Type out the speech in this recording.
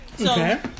Okay